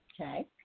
okay